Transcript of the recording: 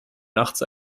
nachts